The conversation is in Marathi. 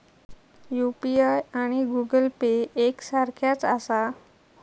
यू.पी.आय आणि गूगल पे एक सारख्याच आसा?